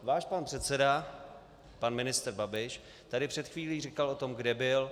Váš pan předseda pan ministr Babiš tady před chvílí říkal o tom, kde byl.